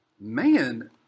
Man